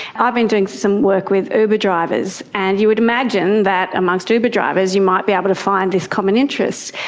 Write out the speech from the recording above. ah been doing some work with uber drivers, and you would imagine that amongst uber drivers you might be able to find this common interest.